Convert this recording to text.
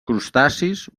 crustacis